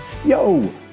Yo